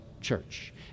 church